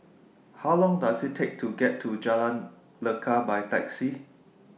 How Long Does IT Take to get to Jalan Lekar By Taxi